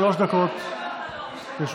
שלוש דקות לרשותך.